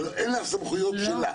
אין לה סמכויות שלה.